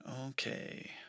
Okay